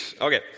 Okay